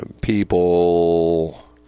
people